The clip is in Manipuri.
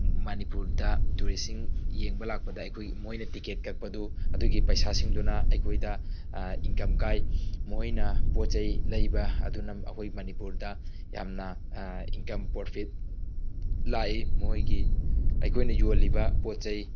ꯃꯅꯤꯄꯨꯔꯗ ꯇꯨꯔꯤꯁꯁꯤꯡ ꯌꯦꯡꯕ ꯂꯥꯛꯄꯗ ꯃꯣꯏꯅ ꯇꯤꯀꯀꯦꯠ ꯀꯛꯄꯗꯨ ꯑꯗꯨꯒꯤ ꯄꯩꯁꯥꯁꯤꯡꯗꯨꯅ ꯑꯩꯈꯣꯏꯗ ꯏꯪꯀꯝ ꯀꯥꯏ ꯃꯈꯣꯏꯅ ꯄꯣꯠ ꯆꯩ ꯂꯩꯕ ꯑꯗꯨꯅ ꯑꯩꯈꯣꯏ ꯃꯅꯤꯄꯨꯔꯗ ꯌꯥꯝꯅ ꯏꯪꯀꯝ ꯄꯣꯔꯐꯤꯠ ꯂꯥꯀꯏ ꯃꯈꯣꯏꯒꯤ ꯑꯩꯈꯣꯏꯅ ꯌꯣꯜꯂꯤꯕ ꯄꯣꯠ ꯆꯩ